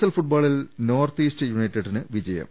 L ഫുട്ബോളിൽ north east യുണൈറ്റ ഡിന് ജയം